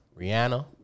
Rihanna